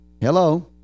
Hello